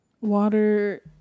water